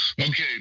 Okay